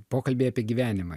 pokalbiai apie gyvenimą